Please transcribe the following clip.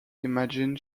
imagine